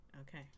Okay